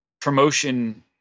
promotion